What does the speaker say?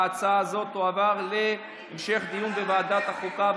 ההצעה הזאת תועבר להמשך דיון בוועדת החוקה,